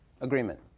agreement